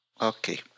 Okay